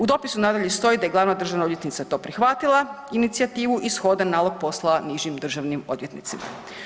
U dopisu nadalje stoji da je glavna državna odvjetnica to prihvatila, inicijativu i shodan nalog poslala nižim državnim odvjetnicima.